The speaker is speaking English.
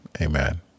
amen